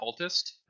cultist